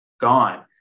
gone